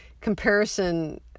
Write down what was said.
comparison